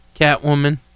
catwoman